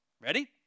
Ready